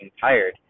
tired